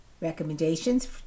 recommendations